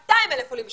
200,000 עולים בשנה,